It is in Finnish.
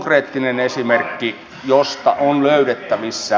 konkreettinen esimerkki joka on löydettävissä